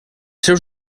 seus